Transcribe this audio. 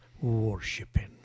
worshipping